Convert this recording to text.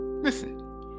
Listen